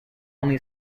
only